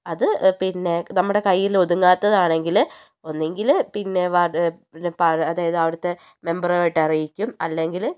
അത് പിന്നെ നമ്മുടെ കയ്യിൽ ഒതുങ്ങാത്തതാണെങ്കിൽ ഒന്നുകിൽ പിന്നെ വാർഡ് അതായത് അവിടുത്തെ മെമ്പറുമായിട്ട് അറിയിക്കും അല്ലെങ്കിൽ